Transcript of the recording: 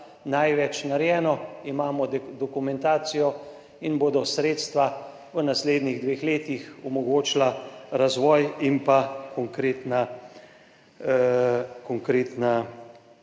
največ narejeno, imamo dokumentacijo in bodo sredstva v naslednjih dveh letih omogočila razvoj in konkretna